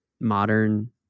modern